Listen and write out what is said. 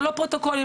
ללא פרוטוקולים,